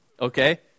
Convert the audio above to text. Okay